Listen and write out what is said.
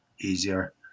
easier